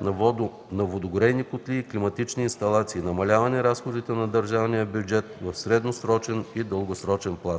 на водогрейни котли и климатични инсталации; намаляване разходите на държавния бюджет в средносрочен и дългосрочен план.